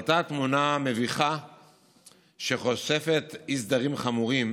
עלתה תמונה מביכה שחושפת אי-סדרים חמורים